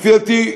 לפי דעתי,